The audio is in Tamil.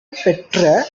பெற்ற